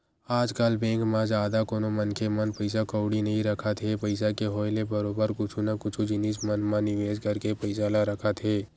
आजकल बेंक म जादा कोनो मनखे मन पइसा कउड़ी नइ रखत हे पइसा के होय ले बरोबर कुछु न कुछु जिनिस मन म निवेस करके पइसा ल रखत हे